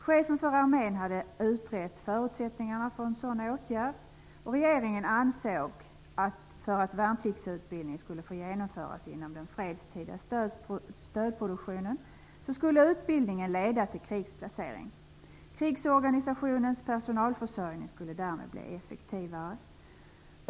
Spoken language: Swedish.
Chefen för armén hade utrett förutsättningarna för en sådan åtgärd. För att värnpliktsutbildning skulle få genomföras inom den fredstida stödproduktionen ansåg regeringen att utbildningen skulle leda till krigsplacering. Krigsorganisationens personalförsörjning skulle därmed bli effektivare.